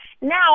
Now